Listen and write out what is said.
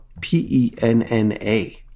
p-e-n-n-a